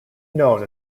known